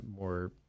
more